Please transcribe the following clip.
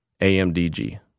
AMDG